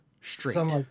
straight